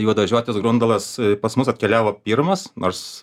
juodažiotis grundalas pas mus atkeliavo pirmas nors